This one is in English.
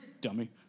Dummy